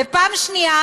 ופעם שנייה,